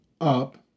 up